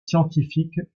scientifiques